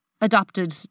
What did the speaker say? adopted